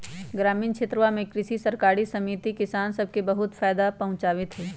ग्रामीण क्षेत्रवा में कृषि सरकारी समिति किसान सब के बहुत फायदा पहुंचावीत हई